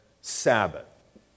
Sabbath